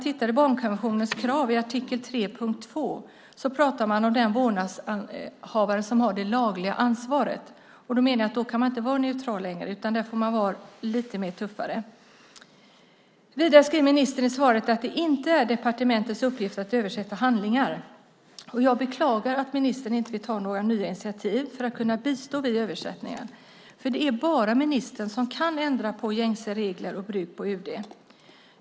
I barnkonventionens krav i artikel 3 punkt 2 skriver man om den vårdnadshavare som har det lagliga ansvaret. Då kan man inte längre vara neutral, utan där får man vara lite tuffare. Vidare skriver ministern i svaret att det inte är departementets uppgift att översätta handlingar. Jag beklagar att ministern inte vill ta några nya initiativ för att kunna bistå vid översättningar, för det är bara ministern som kan ändra på gängse regler och bruk på UD.